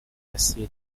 yasin